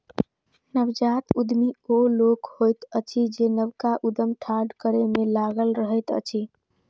नवजात उद्यमी ओ लोक होइत अछि जे नवका उद्यम ठाढ़ करै मे लागल रहैत अछि